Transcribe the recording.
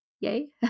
Yay